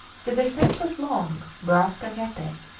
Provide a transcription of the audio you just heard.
the descent was long, brusque, and rapid,